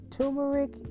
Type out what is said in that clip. Turmeric